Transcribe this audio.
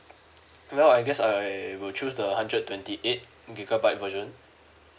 well I guess I will choose the hundred twenty eight gigabyte version